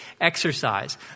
Exercise